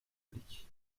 public